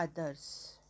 others